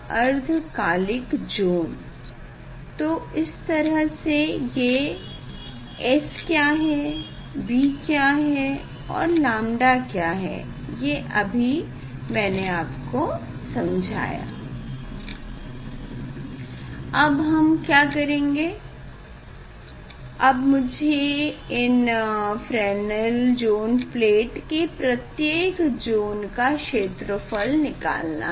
अब हम क्या करेंगे अब मुझे इन फ्रेनेल ज़ोन प्लेट के प्रत्येक ज़ोन का क्षेत्रफल निकालना है